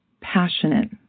passionate